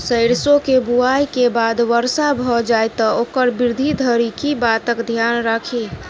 सैरसो केँ बुआई केँ बाद वर्षा भऽ जाय तऽ ओकर वृद्धि धरि की बातक ध्यान राखि?